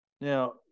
Now